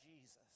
Jesus